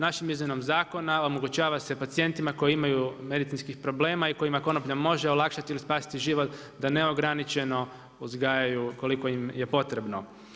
Našim izmjenom zakona omogućava se pacijentima koji imaju medicinskih problema i kojima konoplja može olakšati ili spasiti život da neograničeno uzgajaju koliko im je potrebno.